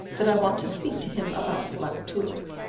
that i want to speak to him about the black tulip.